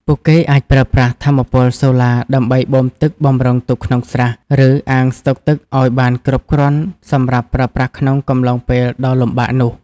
ពួកគេអាចប្រើប្រាស់ថាមពលសូឡាដើម្បីបូមទឹកបម្រុងទុកក្នុងស្រះ ឬអាងស្តុកទឹកឱ្យបានគ្រប់គ្រាន់សម្រាប់ប្រើប្រាស់ក្នុងកំឡុងពេលដ៏លំបាកនោះ។